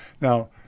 Now